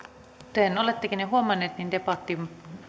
kuten olettekin jo huomanneet niin debattiin